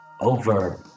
Over